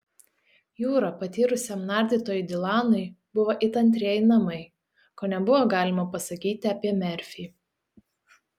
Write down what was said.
jūra patyrusiam nardytojui dilanui buvo it antrieji namai ko nebuvo galima pasakyti apie merfį